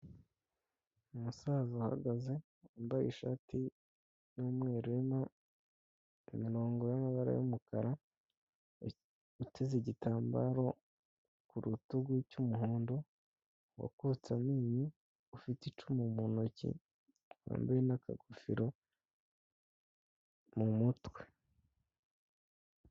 Umusaza uhagaze wambaye ishati y'umweru irimo imirongo y'amabara y'umukara, uteze igitambaro ku rutugu cy'umuhondo, wakutse amenyo, ufite icumu mu ntoki, wambaye n'akagofero mu mutwe.